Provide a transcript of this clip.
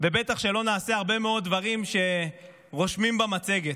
ובטח שלא נעשה הרבה מאוד דברים שרושמים במצגת.